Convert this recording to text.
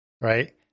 right